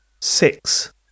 six